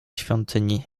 świątyni